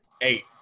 Eight